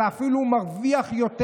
אלא אפילו מרוויח יותר.